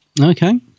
Okay